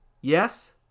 Yes